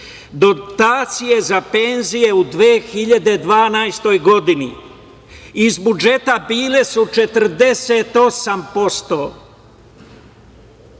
dotacije za penzije u 2012. godini iz budžeta bile su 48%.